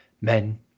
Men